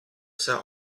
sat